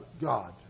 God